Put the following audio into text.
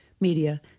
media